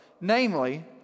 namely